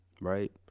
Right